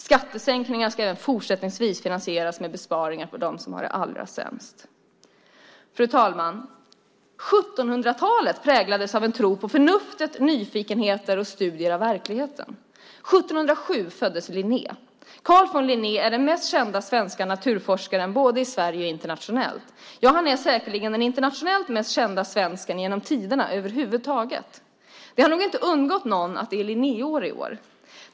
Skattesänkningar ska även fortsättningsvis finansieras med besparingar på dem som har det allra sämst. Fru talman! 1700-talet präglades av en tro på förnuftet, nyfikenheten och studier av verkligheten. 1707 föddes Linné. Carl von Linné är den mest kända svenska naturforskaren, både i Sverige och internationellt, ja, han är säkerligen den internationellt mest kända svensken genom tiderna över huvud taget. Det har nog inte undgått någon att det är Linnéår i år.